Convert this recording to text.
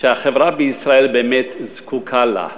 שהחברה בישראל באמת זקוקה לה.